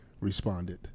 responded